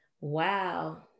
Wow